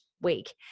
week